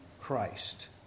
Christ